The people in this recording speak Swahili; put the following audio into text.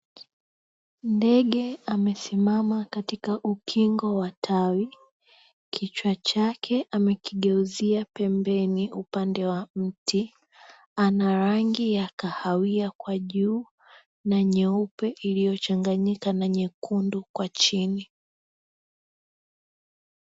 Ndege amesimama katika ukingo wa tawi, kichwa chake amekigeuzia pembeni upande wa mti. Ana rangi ya kahawia kwa juu, na nyeupe iliyochanganyika na nyekundu kwa chini.